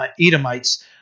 Edomites